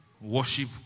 Worship